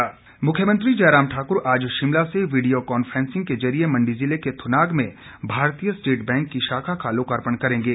मुख्यमंत्री मुख्यमंत्री जयराम ठाक्र आज शिमला से वीडियो कांफेसिंग के जरिए मंडी जिले के थुनाग में भारतीय स्टेट बैंक की शाखा का लोकापर्ण करेंगे